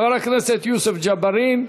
חבר הכנסת יוסף ג'בארין,